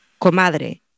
comadre